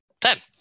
Ten